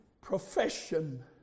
profession